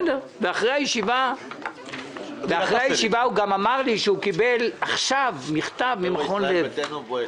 אחרי הישיבה הוא גם אמר לי שהוא קיבל עכשיו מכתב ממכון "לב",